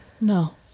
No